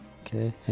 okay